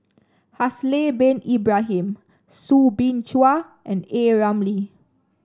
Haslir Bin Ibrahim Soo Bin Chua and A Ramli